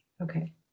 Okay